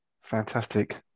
Fantastic